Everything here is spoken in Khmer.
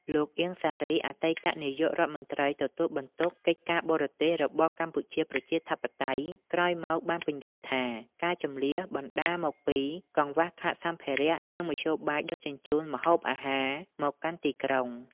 លោក អៀង សារី អតីតនាយករដ្ឋមន្ត្រីទទួលបន្ទុកកិច្ចការបរទេសរបស់កម្ពុជាប្រជាធិបតេយ្យ ក្រោយមកបានពន្យល់ថា ការជម្លៀសបណ្តាលមកពីកង្វះខាតសម្ភារៈ និងមធ្យោបាយដឹកជញ្ជូនម្ហូបអាហារមកកាន់ទីក្រុង។